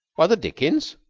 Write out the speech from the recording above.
what the dickens?